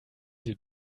sie